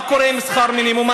מה קורה עם שכר מינימום?